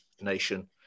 nation